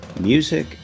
music